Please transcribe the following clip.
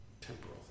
Temporal